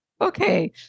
Okay